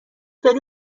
داری